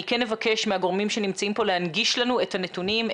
אני כן אבקש מהגורמים שנמצאים פה להנגיש לנו את הנתונים,